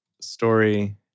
story